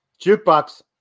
Jukebox